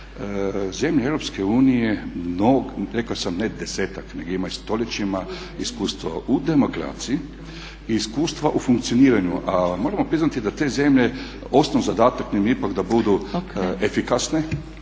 zemlje EU, rekao sam ne 10-ak nego imaju stoljećima iskustva u demokraciji i iskustva u funkcioniranju. A moramo priznati da te zemlje, osnovni zadatak im je ipak da budu efikasne,